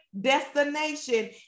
destination